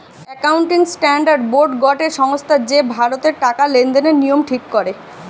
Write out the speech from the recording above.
accounting standard board গটে সংস্থা যে ভারতের টাকা লেনদেনের নিয়ম ঠিক করে